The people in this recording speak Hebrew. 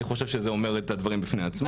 אני חושב שזה אומר את הדברים בפני עצמם.